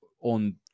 on